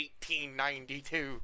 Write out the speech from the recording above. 1892